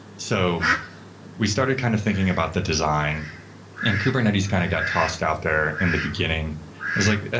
so we started kind of thinking about the design and kubernetes kind of got tossed out there in the beginning it was like,